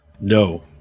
No